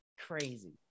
Crazy